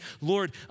Lord